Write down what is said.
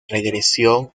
regresión